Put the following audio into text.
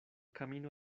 camino